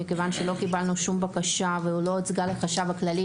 מכיוון שלא קיבלנו שום בקשה והיא לא הוצגה לחשב הכללי.